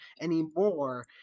anymore